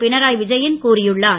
பினரா விஜயன் கூறியுள்ளார்